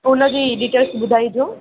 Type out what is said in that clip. उनजी डिटेल्स ॿुधाइजो